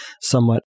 somewhat